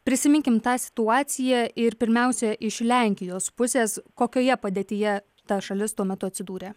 prisiminkim tą situaciją ir pirmiausia iš lenkijos pusės kokioje padėtyje ta šalis tuo metu atsidūrė